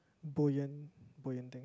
buoyant buoyant thing